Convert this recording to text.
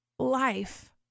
Life